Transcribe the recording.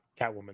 Catwoman